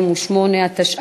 נתקבלה.